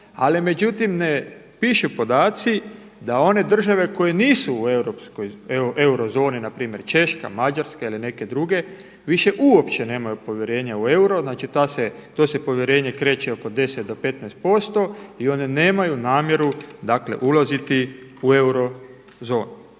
međutim ne pišu podaci da one države koje nisu u eurozoni npr. Češka, Mađarska ili neke druge, više uopće nemaju povjerenja u euro. Znači to se povjerenje kreće oko 10 do 15% i oni nemaju namjeru ulaziti u eurozonu.